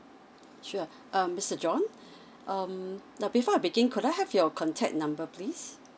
sure um mister john um now before I begin could I have your contact number please